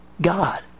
God